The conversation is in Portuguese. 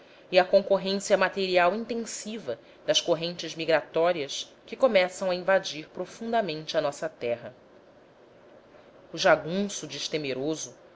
e a concorrência material intensiva das correntes migratórias que começam a invadir profundamente a nossa terra o jagunço destemeroso